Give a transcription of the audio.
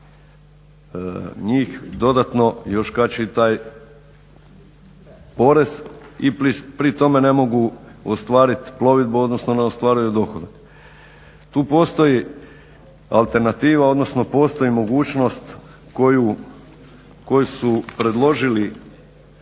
njih dodatno još kači taj porez i pri tome ne mogu ostvarit plovidbu, odnosno ne ostvaruju dohodak. Tu postoji alternativa, odnosno postoji mogućnost koju su predložili